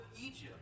Egypt